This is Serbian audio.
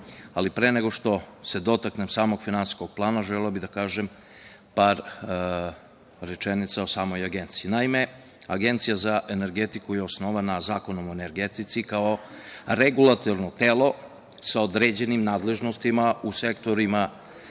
Ali, pre nego što se dotaknem samog finansijskog plana, želeo bih da kažem par rečenica o samoj Agenciji. Naime, Agencija za energetiku je osnovana Zakonom o energetici kao regulatorno telo sa određenim nadležnostima u sektorima